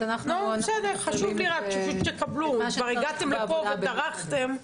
אז אנחנו מסתפקים במה שנאמר בעבודה הבין-משרדית.